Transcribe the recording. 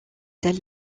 telle